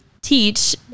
teach